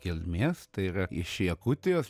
kilmės tai yra iš jakutijos